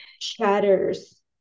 shatters